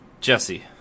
Jesse